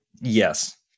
Yes